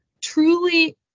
truly